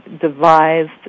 devised